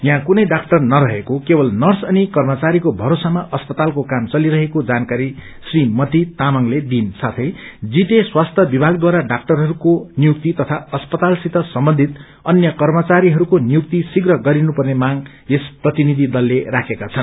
यहाँ कुनै डाक्टर नहरेको केवल नर्स अनि कर्मचारीको भरोसामा अस्पतालको क्रम चलिरहेको जानकारी श्रीमती तामाङले दिइन् साथै जीटीए स्वास्थ्य विभागद्वारा डाक्टरहरूको नियुक्ति तथा अस्पतालसित सम्बन्धित अन्य कर्मचारीहरूको नियुक्ति शीव्र गरिनु पर्ने माग यस प्रतिनिधि दलले राखेका छन्